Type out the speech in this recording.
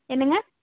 என்னங்க